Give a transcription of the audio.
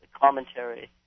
commentary